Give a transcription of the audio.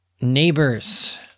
neighbors